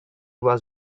was